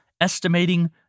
estimating